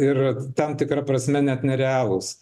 ir tam tikra prasme net nerealūs